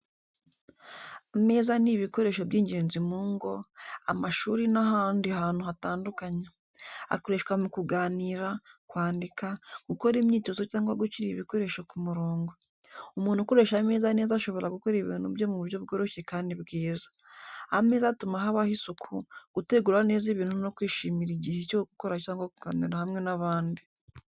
Ameza ni ibikoresho by’ingenzi mu ngo, amashuri n’ahandi hantu hatandukanye. Akoreshwa mu kuganira, kwandika, gukora imyitozo cyangwa gushyira ibikoresho ku murongo. Umuntu ukoresha ameza neza ashobora gukora ibintu bye mu buryo bworoshye kandi bwiza. Ameza atuma habaho isuku, gutegura neza ibintu no kwishimira igihe cyo gukora cyangwa kuganira hamwe n’abandi.